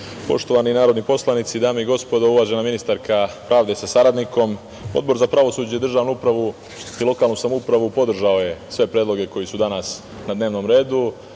narodni poslanici, dame i gospodo, uvažena ministarka pravde sa saradnikom, Odbor za pravosuđe, državnu upravu i lokalnu samoupravu podržao je sve predloge koji su danas na dnevnom redu